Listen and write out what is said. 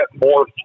more